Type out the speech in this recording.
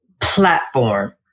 platform